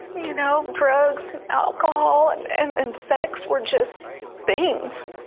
you know, drugs and alcohol and and and sex were just things.